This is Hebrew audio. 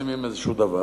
מפרסמים איזה דבר.